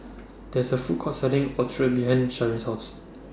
There IS A Food Court Selling Ochazuke behind Sharyn's House